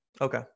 Okay